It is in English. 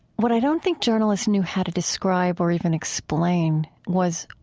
what i don't think journalists knew how to describe or even explain was,